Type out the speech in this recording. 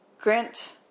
Grant